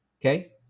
okay